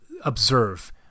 observe